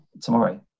tomorrow